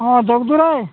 ହଁ ଦେଉଛୁ ରେ